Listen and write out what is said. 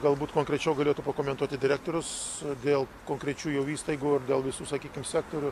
galbūt konkrečiau galėtų pakomentuoti direktorius dėl konkrečių jau įstaigų ir dėl visų sakykim sektorių